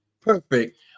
perfect